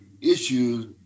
issues